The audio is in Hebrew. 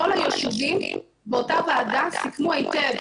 כל היושבים באותה ועדה סיכמו היטב,